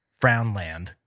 Frownland